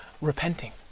repenting